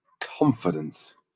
confidence